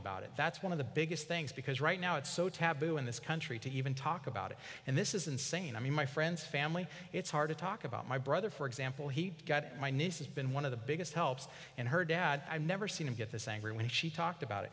about it that's one of the biggest things because right now it's so taboo in this country to even talk about it and this is insane i mean my friends family it's hard to talk a my brother for example he got my niece has been one of the biggest helps and her dad i never seen him get this angry when she talked about it